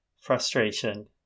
frustration